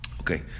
Okay